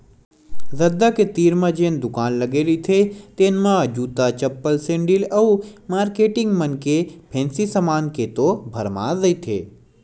रद्दा के तीर म जेन दुकान लगे रहिथे तेन म जूता, चप्पल, सेंडिल अउ मारकेटिंग मन के फेंसी समान के तो भरमार रहिथे